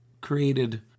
created